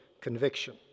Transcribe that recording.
conviction